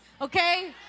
Okay